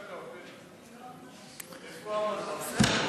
איפה לשכת עורכי-הדין,